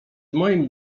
moim